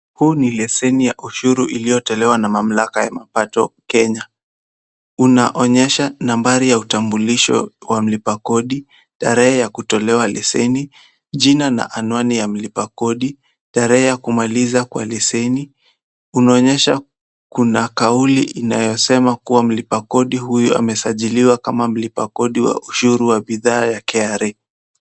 Hii ni leseni ya ushuru iliyotolewa na mamlaka ya mapato Kenya, inaonyesha nambari ya utambulisho wa mlipa kodi, tarehe ya kutolewa lesheni, jina na anwani ya mlipa kodi, tarehe ya kumaliza kwa leseni, inaonyesha kuna kauli inayosema kuwa mlipa kodi huyo amesajiliwa kama mlipa kodi wa ushuru wa bidhaa ya KRA.